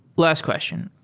last question,